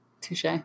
touche